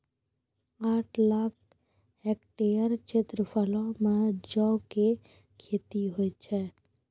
आठ लाख हेक्टेयर क्षेत्रफलो मे जौ के खेती होय छै